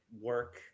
work